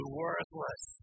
worthless